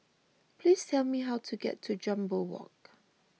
please tell me how to get to Jambol Walk